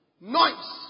Noise